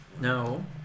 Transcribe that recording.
no